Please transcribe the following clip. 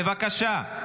בבקשה.